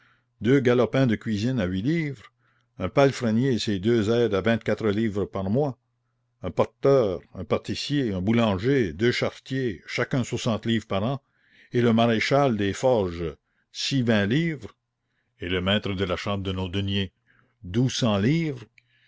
deux galopins de cuisine à huit livres un palefrenier et ses deux aides à vingt-quatre livres par mois un porteur un pâtissier un boulanger deux charretiers chacun soixante livres par an et le maréchal des forges six vingts livres et le maître de la chambre de nos deniers douze cents livres